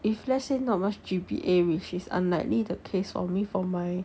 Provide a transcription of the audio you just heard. if let's say not much G_B_A which is unlikely the case of me for my